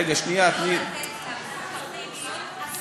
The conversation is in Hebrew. הרעיון המקורי הוא להרחיב את יכולת הבחירה,